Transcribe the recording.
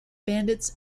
bandits